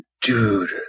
Dude